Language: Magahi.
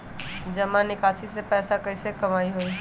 जमा निकासी से पैसा कईसे कमाई होई?